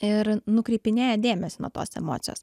ir nukreipinėja dėmesį nuo tos emocijos